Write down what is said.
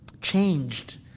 changed